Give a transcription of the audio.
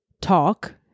talk